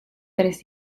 tres